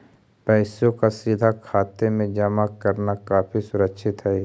पैसों का सीधा खाते में जमा करना काफी सुरक्षित हई